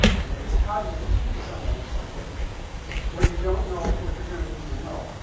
and it is, how do you teach somebody something when you don't know what you're going to need to know?